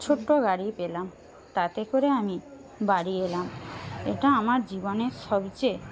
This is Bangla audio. ছোট্ট গাড়ি পেলাম তাতে করে আমি বাড়ি এলাম এটা আমার জীবনে সবচেয়ে